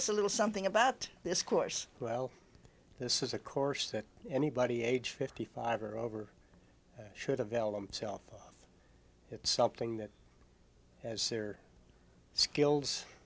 us a little something about this course well this is a course that anybody age fifty five or over should avail themselves of something that as their skills